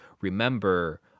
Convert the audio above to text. remember